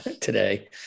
today